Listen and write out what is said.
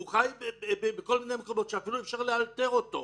הוא חי בכל מיני מקומות שאפילו אי-אפשר לאתר אותו.